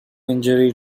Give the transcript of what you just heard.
injury